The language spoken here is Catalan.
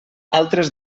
altres